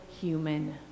human